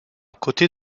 côté